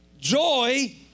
Joy